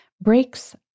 Breaks